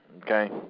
okay